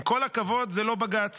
עם כל הכבוד, זה לא בג"ץ